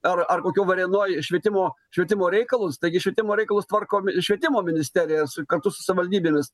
ar ar kokių varėnoj švietimo švietimo reikalus taigi švietimo reikalus tvarko švietimo ministerija kartu su savivaldybėmis